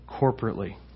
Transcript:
corporately